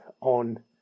on